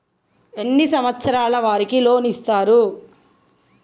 ఎన్ని సంవత్సరాల వారికి లోన్ ఇస్తరు?